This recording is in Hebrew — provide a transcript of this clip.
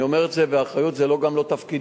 אני אומר את זה באחריות, זה גם לא תפקידי.